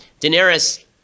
Daenerys